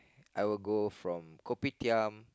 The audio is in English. I will go from kopitiam